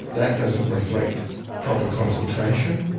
that doesn't reflect proper consultation,